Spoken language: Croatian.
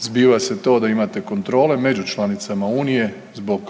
Zbiva se to da imate kontrole među članicama unije zbog